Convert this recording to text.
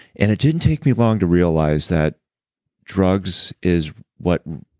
and it didn't take me long to realize that drugs is what.